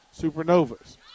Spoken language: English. Supernovas